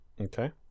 Okay